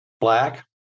black